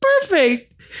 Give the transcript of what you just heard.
perfect